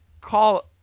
call